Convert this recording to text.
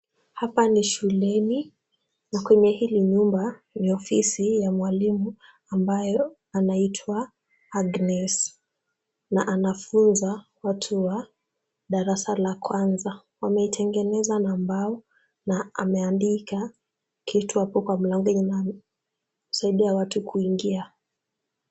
Hapa ni shuleni na kweye hili nyumba ni ofisi ya mwalimu ambayo anaitwa Agnes na anafunza watu wa darasa la kwanza. Wameitengeneza na mbao na ameandika kitu hapo kwa mlango yenye inasaidia watu kuingia.